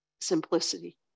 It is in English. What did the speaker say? simplicity